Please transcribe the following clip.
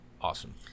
awesome